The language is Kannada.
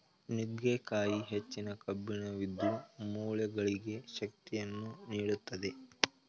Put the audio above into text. ನುಗ್ಗೆಕಾಯಿ ಹೆಚ್ಚಿನ ಕಬ್ಬಿಣವಿದ್ದು, ಮೂಳೆಗಳಿಗೆ ಶಕ್ತಿಯನ್ನು ನೀಡುತ್ತದೆ